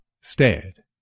stared